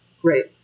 Great